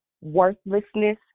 worthlessness